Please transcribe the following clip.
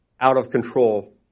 out-of-control